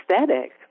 aesthetic